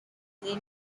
their